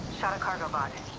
chicago like